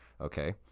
okay